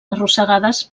arrossegades